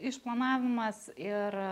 išplanavimas ir